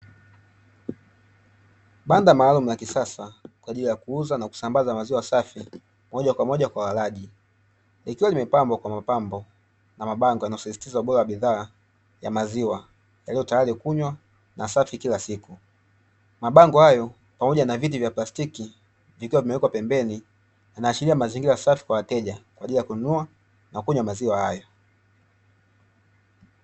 Banda maalumu la kisasa kwa ajili ya kuuza na kusambaza maziwa safi moja kwa moja kwa walaji. Likiwa limepambwa kwa mapambo na mabango yanayosisitiza ubora wa bidhaa ya maziwa, yaliyo tayari kunywa na safi kila siku. Mabango hayo pamoja na viti vya plastiki, vikiwa vimewekwa pembeni, vinaashiria mazingira safi kwa wateja kwa ajili ya kununua na kunywa maziwa hayo.